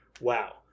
Wow